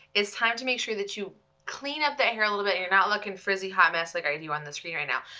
it's time to make sure that you clean up that hair a little bit, and you're not looking frizzy hot mess like i do on the screen right now.